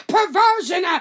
Perversion